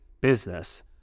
business